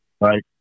Right